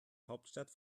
hauptstadt